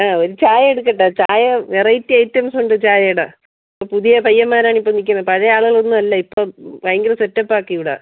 ആ ഒരു ചായ എടുക്കട്ടെ ചായ വെറൈറ്റി ഐറ്റംസ് ഉണ്ട് ചായയുടെ പുതിയ പയ്യന്മാരാണ് ഇപ്പം നിൽക്കുന്നത് പഴയ ആളുകളൊന്നും അല്ല ഇപ്പം ഭയങ്കര സെറ്റപ്പ് ആക്കിയിവിട